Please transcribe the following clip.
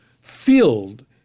filled